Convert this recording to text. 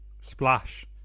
Splash